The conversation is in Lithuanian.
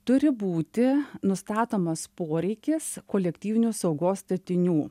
turi būti nustatomas poreikis kolektyvinių saugos statinių